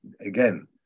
again